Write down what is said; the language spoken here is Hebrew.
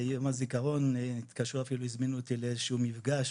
ביום הזיכרון התקשרו אפילו והזמינו אותי לאיזשהו מפגש.